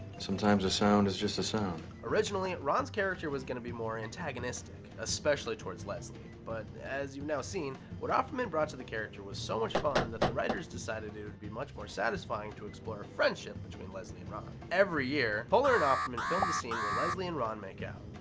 sometimes a sound is just a sound. originally, ron's character was gonna be more antagonistic, especially towards leslie. but as you've now seen, what offerman brought to the character was so much fun that the writers decided it would be much more satisfying to explore a friendship between leslie and ron. every year, poehler and offerman filmed a scene where leslie and ron make out.